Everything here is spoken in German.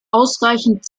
ausreichend